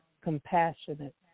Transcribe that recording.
compassionate